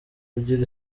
kugira